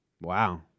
Wow